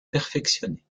perfectionné